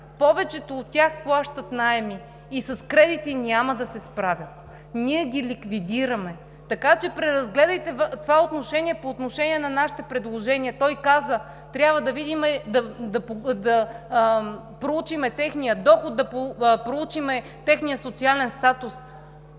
Повечето от тях плащат наеми и с кредити няма да се справят, ние ги ликвидираме. Така че преразгледайте това предложение по отношение на нашите предложения. Той каза: „Трябва да видим, да проучим техния доход, да проучим техния социален статус.“